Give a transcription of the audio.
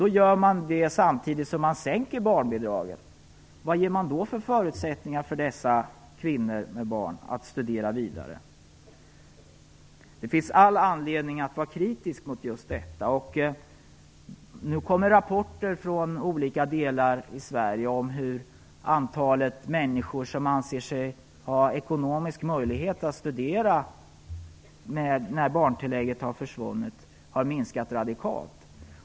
Detta gör man samtidigt som man sänker barnbidragen. Vilka förutsättningar ger man då dessa kvinnor med barn att studera vidare? Det finns all anledning att vara kritisk mot just detta. Det kommer nu rapporter från olika delar av Sverige om hur det antal människor som anser sig ha ekonomisk möjlighet att studera när barntillägget har försvunnit har minskat radikalt.